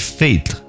faith